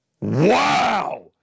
Wow